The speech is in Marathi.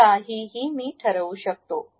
असे काहीही मी ठरवू शकतो